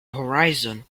horizon